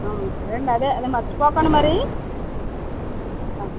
అవును సార్ అదే మర్చిపోకండి మరి అ